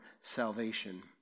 salvation